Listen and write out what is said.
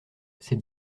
ses